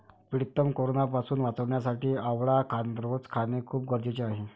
प्रीतम कोरोनापासून वाचण्यासाठी आवळा रोज खाणे खूप गरजेचे आहे